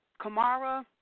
kamara